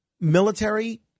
military